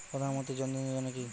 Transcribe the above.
প্রধান মন্ত্রী জন ধন যোজনা কি?